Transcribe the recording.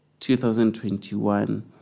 2021